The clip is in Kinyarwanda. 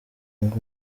ngo